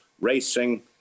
racing